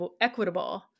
equitable